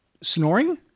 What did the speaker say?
snoring